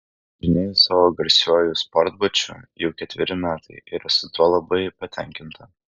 važinėju savo garsiuoju sportbačiu jau ketvirti metai ir esu tuo labai patenkinta